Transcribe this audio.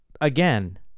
again